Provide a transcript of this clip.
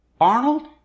Arnold